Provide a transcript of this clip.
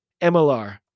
MLR